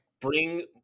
bring